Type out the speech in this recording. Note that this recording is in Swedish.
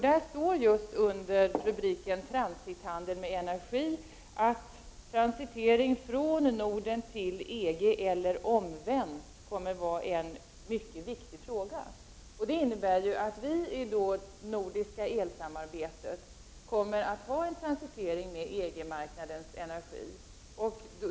Där står under rubriken ”Transithandel med energi” att transitering från Norden till EG eller omvänt kommer att vara en mycket viktig fråga. Det innebär ju att vi i nordiskt elsamarbete kommer att ha en transitering med EG-marknaden.